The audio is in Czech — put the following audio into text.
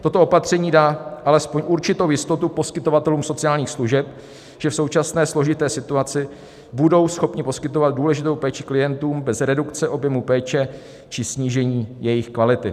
Toto opatření dá alespoň určitou jistotu poskytovatelům sociálních služeb, že v současné složité situaci budou schopni poskytovat důležitou péči klientům bez redukce objemu péče či snížení její kvality.